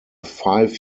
five